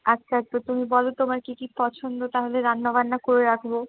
আচ্ছা আচ্ছা তুমি বলো তোমার কি কি পছন্দ তাহলে রান্নাবান্না করে রাখবো